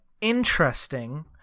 interesting